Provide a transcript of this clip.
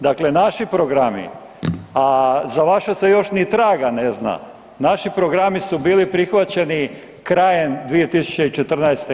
Dakle, naši programi, a za vaše se još ni traga ne zna, naši programi su bili prihvaćeni krajem 2014.